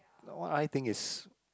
what I think is